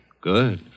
Good